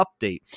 update